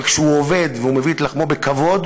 אבל כשהוא עובד ומביא את לחמו בכבוד,